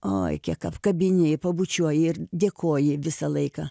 oi kiek apkabini pabučiuoji ir dėkoji visą laiką